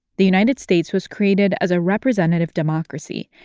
the united states was created as a representative democracy,